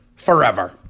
Forever